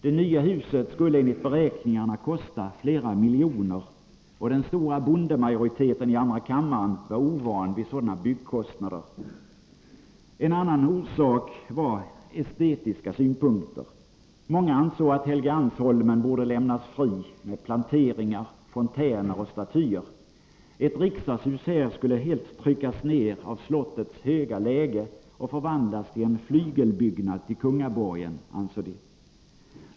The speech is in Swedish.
Det nya huset skulle enligt beräkningarna kosta flera miljoner, och den stora bondemajoriteten i andra kammaren var ovan vid sådana byggnadskostnader. En annan orsak var estetiska synpunkter. Många ansåg att Helgeandsholmen borde lämnas fri, med planteringar, fontäner och statyer. Ett riksdagshus här skulle helt tryckas ner av slottets höga läge och förvandlas till en flygelbyggnad till kungaborgen, ansåg de.